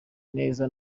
neza